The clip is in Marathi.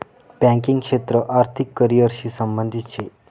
बँकिंग क्षेत्र आर्थिक करिअर शी संबंधित शे